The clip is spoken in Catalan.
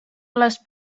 les